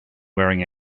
wearing